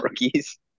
rookies